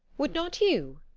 would not you?